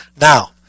Now